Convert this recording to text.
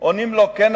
עונים לו: כן,